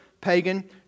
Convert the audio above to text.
pagan